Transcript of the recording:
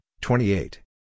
twenty-eight